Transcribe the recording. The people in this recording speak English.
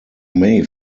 may